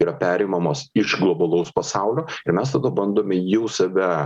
yra perimamos iš globalaus pasaulio ir mes tada bandome jų save